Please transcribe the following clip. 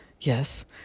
yes